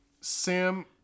Sam